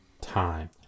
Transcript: time